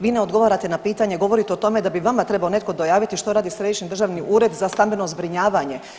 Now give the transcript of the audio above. Vi ne odgovarate na pitanje, govorite o tome da bi vama trebao netko dojaviti što radi Središnji državni ured za stambeno zbrinjavanje.